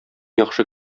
яхшы